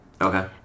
Okay